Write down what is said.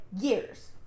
years